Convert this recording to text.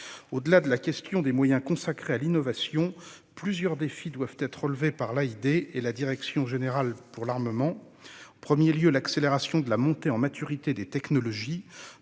Au-delà de la question des moyens consacrés à l'innovation, plusieurs défis doivent être relevés par l'AID et la direction générale de l'armement. Le premier concerne l'accélération de la montée en maturité des technologies.